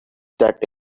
that